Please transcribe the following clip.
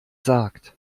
sagt